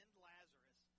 Lazarus